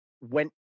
went